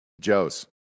Joe's